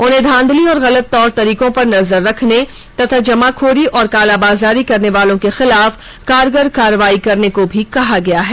उन्हें धांधली और गलत तौर तरीकों पर नजर रखने तथा जमाखोरी और कालाबाजारी करने वालों के खिलाफ कारगर कार्रवाई करने को भी कहा गया है